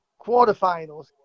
quarterfinals